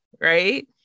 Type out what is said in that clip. Right